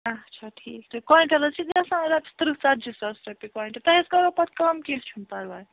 اَچھا ٹھیٖک کۅںٛٹل حظ چھُ گَژھان ترٕٛہ ژَتجی ساس رۄپیہِ کۅنٛٹل تۅہہِ حظ کَرو پتہٕ کَم کیٚنٛہہ چھُنہٕ پَرواے